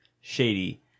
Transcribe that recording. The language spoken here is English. Shady